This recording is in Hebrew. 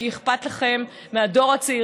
כי אכפת לכם מהדור הצעיר,